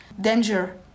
danger